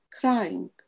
crying